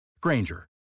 Granger